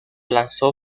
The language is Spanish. lanzó